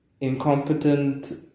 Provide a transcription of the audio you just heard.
incompetent